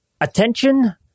Attention